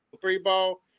three-ball